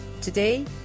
Today